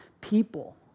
people